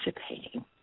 participating